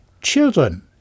children